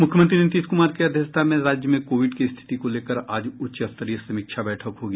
मुख्यमंत्री नीतीश कुमार की अध्यक्षता में राज्य में कोविड की स्थिति को लेकर आज उच्चस्तरीय समीक्षा बैठक होगी